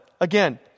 Again